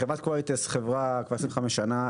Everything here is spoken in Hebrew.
חברת קווליטסט היא חברה שקיימת כבר 25 שנה.